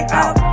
out